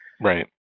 Right